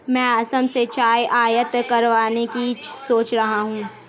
मैं असम से चाय आयात करवाने की सोच रहा हूं